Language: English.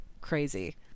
crazy